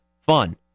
fun